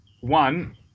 one